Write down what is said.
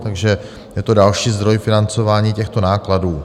Takže je to další zdroj financování těchto nákladů.